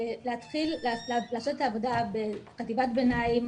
להתחיל לעשות את העבודה בחטיבת ביניים